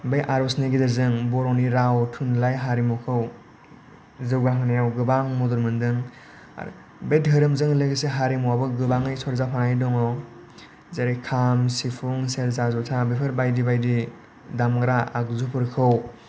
बे आरजनि गेजेरजों बर'नि राव थुनलाइ हारिमुखौ जौगाहोनायाव गोबां मदद मोन्दों बे धोरोमजों लोगोसे हारिमुआबो गोबाङै सरजाबफानानै दङ जेरै खाम सिफुं सेरजा जथा बेफोर बायदि बायदि दामग्रा आगजुफोरखौ